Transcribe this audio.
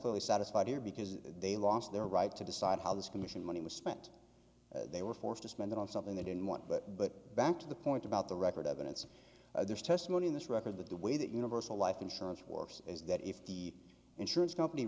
clearly satisfied here because they lost their right to decide how this commission money was spent they were forced to spend it on something they didn't want but but back to the point about the record evidence there's testimony in this record that the way that universal life insurance works is that if the insurance company